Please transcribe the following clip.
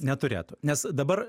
neturėtų nes dabar